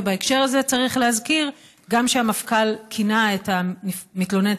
ובהקשר הזה צריך להזכיר גם שהמפכ"ל כינה את המתלוננת